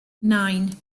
nine